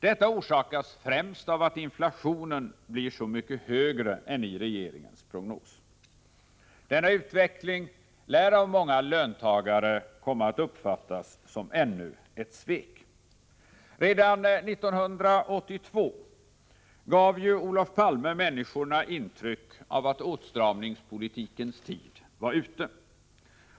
Detta orsakas främst av att inflationen blir så mycket högre än i regeringens prognos. Denna utveckling lär av många löntagare komma att uppfattas som ännu ett svek. Redan 1982 gav Olof Palme människorna intryck av att åtstramningspolitikens tid var ute.